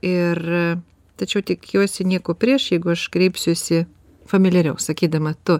ir tačiau tikiuosi nieko prieš jeigu aš kreipsiuosi familiariau sakydama tu